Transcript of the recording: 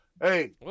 Hey